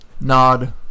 nod